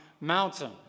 mountain